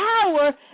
power